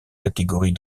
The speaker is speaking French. catégories